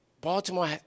Baltimore